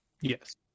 Yes